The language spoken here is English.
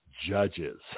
judges